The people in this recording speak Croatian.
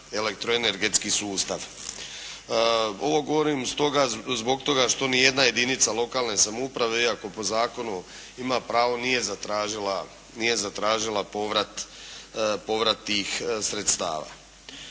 elektroenergetski sustav. Ovo govorim i stoga, zbog toga što ni jedna jedinica lokalne samouprave, iako po zakonu ima pravo, nije zatražila povrat tih sredstava.